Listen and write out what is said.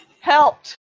helped